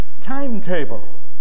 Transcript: timetable